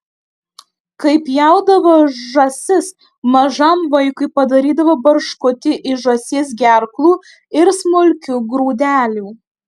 kai pjaudavo žąsis mažam vaikui padarydavo barškutį iš žąsies gerklų ir smulkių grūdelių